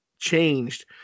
changed